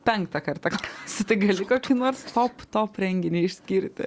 penktą kartą sutikti kokį nors top top renginį išskirti